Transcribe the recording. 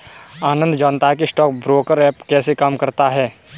आनंद जानता है कि स्टॉक ब्रोकर ऐप कैसे काम करता है?